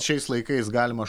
šiais laikais galima